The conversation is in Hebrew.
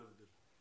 אין הבדל.